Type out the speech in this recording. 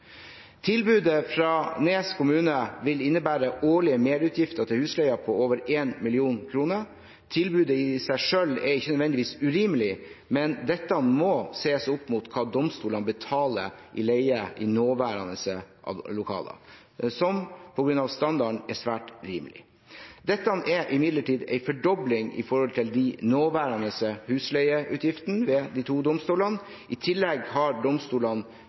Tilbudet fra Nes kommune vil innebære årlige merutgifter til husleie på over 1 mill. kr. Tilbudet i seg selv er ikke nødvendigvis urimelig, men dette må ses opp mot hva domstolene betaler i leie i nåværende lokaler, som på grunn av standarden er svært rimelig. Dette er en fordobling i forhold til de nåværende husleieutgiftene ved de to domstolene, i tillegg har domstolene